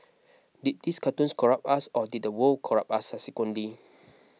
did these cartoons corrupt us or did the world corrupt us subsequently